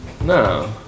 No